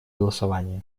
голосования